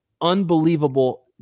unbelievable